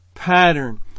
pattern